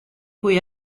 cui